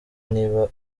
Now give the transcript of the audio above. niba